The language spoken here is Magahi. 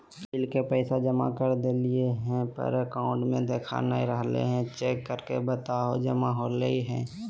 बिल के पैसा जमा कर देलियाय है पर अकाउंट में देखा नय रहले है, चेक करके बताहो जमा होले है?